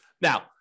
Now